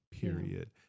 period